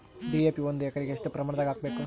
DAP ಒಂದು ಎಕರಿಗ ಎಷ್ಟ ಪ್ರಮಾಣದಾಗ ಹಾಕಬೇಕು?